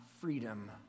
freedom